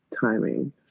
timing